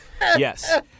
Yes